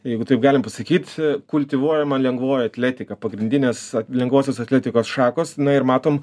jeigu taip galim pasakyt kultivuojama lengvoji atletika pagrindinės lengvosios atletikos šakos ir matom